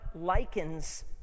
likens